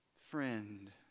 Friend